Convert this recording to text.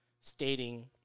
stating